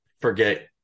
forget